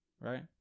right